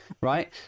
right